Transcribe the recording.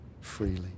freely